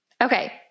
Okay